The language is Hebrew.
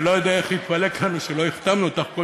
שלא יודע איך התפלק לנו שלא החתמנו אותך.